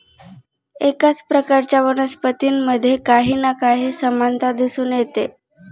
एकाच प्रकारच्या वनस्पतींमध्ये काही ना काही समानता दिसून येते